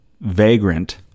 vagrant